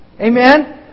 Amen